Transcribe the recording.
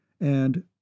And—